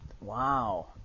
Wow